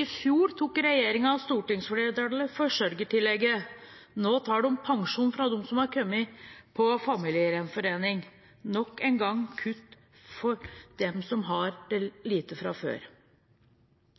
I fjor tok regjeringen og stortingsflertallet forsørgertillegget. Nå tar de pensjon fra dem som har kommet på familiegjenforening. Nok en gang kutt for dem som har lite fra før.